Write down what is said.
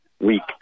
week